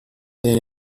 then